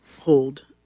hold